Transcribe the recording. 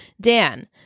dan